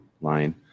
line